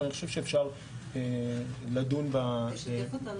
אבל אני חושב שאפשר לדון ב --- תשתף אותנו